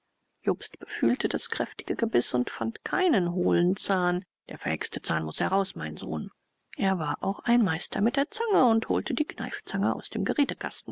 jobst befühlte das kräftige gebiß und fand keinen hohlen zahn der verhexte zahn muß heraus mein sohn er war auch ein meister mit der zange und holte die kneifzange aus dem